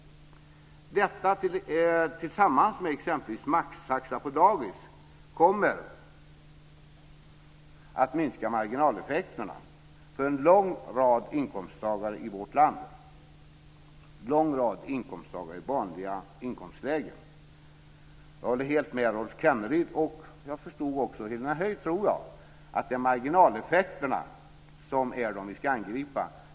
Detta tillsammans med exempelvis maxtaxa på dagis kommer att minska marginaleffekterna för en lång rad inkomsttagare i vårt land - en lång rad inkomsttagare i vanliga inkomstlägen. Jag håller helt med Rolf Kenneryd och också, förstod jag det som, Helena Höij om att det är marginaleffekterna som är det vi ska angripa.